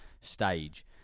stage